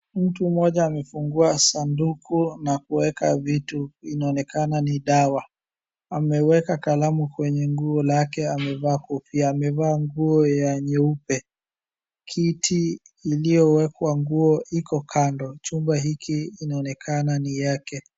Mtu mmoja amefungua sanduku na kuweka vitu, inaonekana ni dawa. Ameweka kalamu kwenye nguo lake amevaa kofia. Amevaa nguo ya nyeupe, kiti iliowekwa nguo iko kando. Chumba hili inaonekana ni yake.